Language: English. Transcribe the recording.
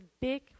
big